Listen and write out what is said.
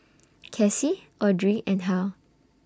Kaci Audrey and Hal